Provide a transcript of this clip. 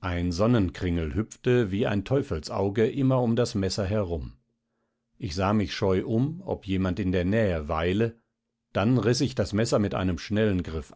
ein sonnenkringel hüpfte wie ein teufelsauge immer um das messer herum ich sah mich scheu um ob jemand in der nähe weile dann riß ich das messer mit einem schnellen griff